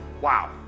Wow